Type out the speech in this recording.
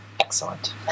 Excellent